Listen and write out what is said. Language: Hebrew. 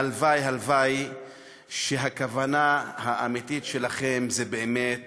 הלוואי, הלוואי שהכוונה האמיתית שלכם היא באמת